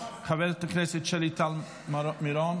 חברת הכנסת שלי טל מירון,